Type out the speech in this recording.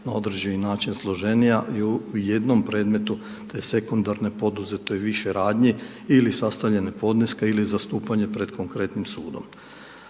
na određeni način složenija i u jednom predmetu te sekundarne je poduzeto više radnji ili sastavljanje podneska ili zastupanje pred konkretnim sudom.